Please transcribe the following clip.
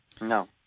No